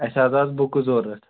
اَسہِ حظ ٲسۍ بَکہٕ ضروٗرت